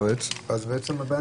שלכם.